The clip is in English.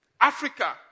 Africa